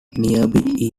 nearby